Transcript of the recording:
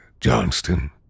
Johnston